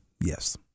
yes